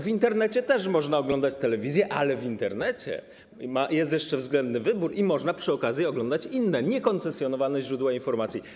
W Internecie też można oglądać telewizję, ale tam jest jeszcze względny wybór i można przy okazji oglądać inne, niekoncesjonowane źródła informacji.